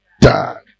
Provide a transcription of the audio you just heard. Die